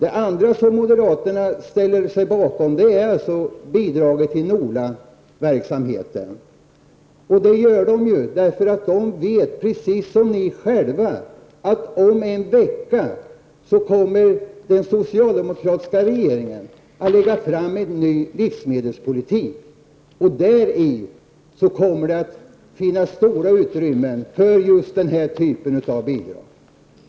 En annan sak som moderaterna ställer sig bakom är bidraget till NOLA verksamheten. Det gör de eftersom de vet, precis som ni andra, att den socialdemokratiska regeringen om en vecka kommer att lägga fram ett förslag till en ny livsmedelspolitik. I detta förslag kommer det att finnas stort utrymme för den här typen av bidrag.